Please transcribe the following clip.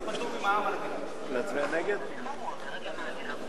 הוא צריך לשלם מע"מ בארץ.